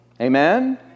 Amen